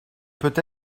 peut